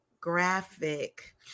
graphic